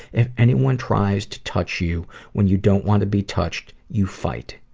if anyone tries to touch you when you don't want to be touched, you fight.